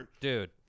Dude